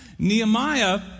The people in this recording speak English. Nehemiah